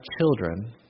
children